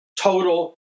total